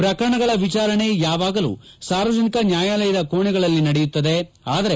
ಪ್ರಕರಣಗಳ ವಿಚಾರಣೆ ಯಾವಾಗಲೂ ಸಾರ್ವಜನಿಕ ನ್ಯಾಯಾಲಯದ ಕೋಣೆಗಳಲ್ಲಿ ನಡೆಯುತ್ತದೆ ಆದರೆ